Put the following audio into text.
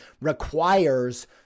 requires